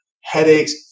headaches